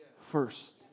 first